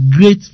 great